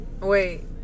wait